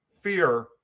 fear